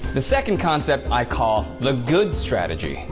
the second concept i call the good strategy.